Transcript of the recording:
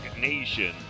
Nation